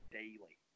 daily